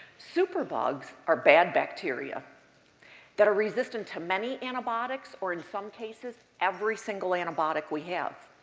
superbugs are bad bacteria that are resistant to many antibiotics, or in some cases, every single antibiotic we have.